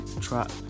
trap